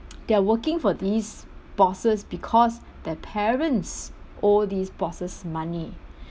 they are working for these bosses because their parents owe these bosses money